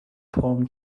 palm